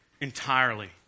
entirely